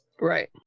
Right